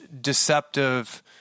deceptive